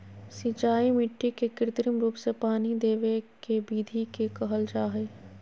सिंचाई मिट्टी के कृत्रिम रूप से पानी देवय के विधि के कहल जा हई